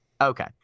Okay